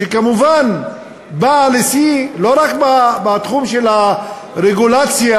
שכמובן באה לשיא לא רק בתחום של הרגולציה